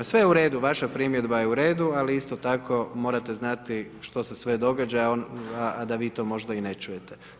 Sve je u redu, vaša primjedba je u redu, ali isto tako morate znati što se sve događa a da vi to možda i ne čujete.